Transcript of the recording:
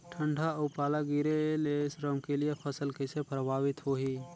ठंडा अउ पाला गिरे ले रमकलिया फसल कइसे प्रभावित होही?